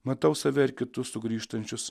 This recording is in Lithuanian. matau save ir kitus sugrįžtančius